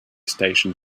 station